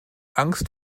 angst